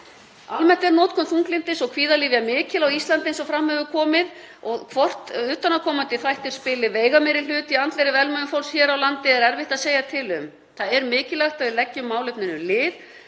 Almennt er notkun þunglyndis- og kvíðalyfja mikil á Íslandi, eins og fram hefur komið, og hvort utanaðkomandi þættir spili veigameiri hlut í andlegri velmegun fólks hér á landi er erfitt að segja til um. Það er mikilvægt að við leggjum málefninu lið